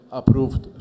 approved